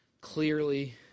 clearly